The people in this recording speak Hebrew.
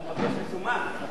הוא מבקש מזומן.